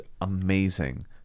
amazing